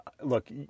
Look